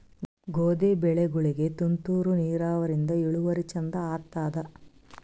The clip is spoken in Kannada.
ಗೋಧಿ ಬೆಳಿಗೋಳಿಗಿ ತುಂತೂರು ನಿರಾವರಿಯಿಂದ ಇಳುವರಿ ಚಂದ ಆತ್ತಾದ?